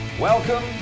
Welcome